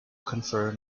confer